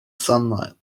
sunlight